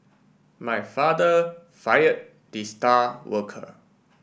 my father fired the star worker